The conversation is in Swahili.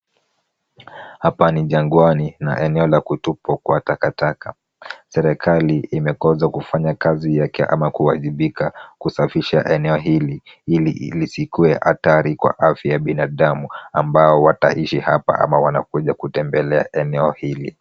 Hapa ni jangwani na eneo la kutupwa kwa takataka. Serikali imekosa kufanya kazi yake ama kuajibika, kusafisha eneo hili, ili lisikuwe athari kwa afya ya binadamu, ambao wataishi hapa ama watakuja kutembelea eneo hili.